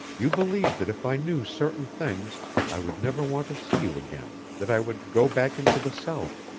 you believe that if i knew certain things i would never want to see you again, that i would go back into the south.